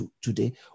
today